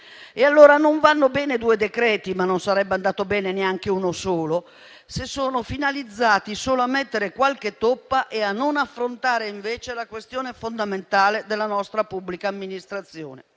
farlo. Non vanno quindi bene due decreti-legge (ma non sarebbe andato bene neanche uno solo) se sono solo finalizzati a mettere qualche toppa senza affrontare invece le questioni fondamentali della nostra pubblica amministrazione,